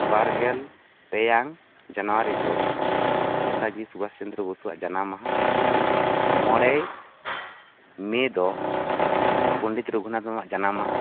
ᱵᱟᱨ ᱜᱮᱞ ᱯᱮᱭᱟᱝ ᱡᱟᱱᱣᱟᱨᱤ ᱫᱚ ᱱᱮᱛᱟᱡᱤ ᱥᱩᱵᱷᱟᱥ ᱪᱚᱱᱫᱨᱟ ᱵᱚᱥᱩᱣᱟᱜ ᱡᱟᱱᱟᱢ ᱢᱟᱦᱟ ᱢᱚᱬᱮ ᱢᱮ ᱫᱚ ᱯᱚᱸᱰᱤᱛ ᱨᱟᱹᱜᱷᱩᱱᱟᱛᱷ ᱢᱩᱨᱢᱩᱣᱟᱜ ᱡᱟᱱᱟᱢ ᱢᱟᱦᱟ